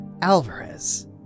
Alvarez